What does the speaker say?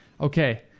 Okay